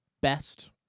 best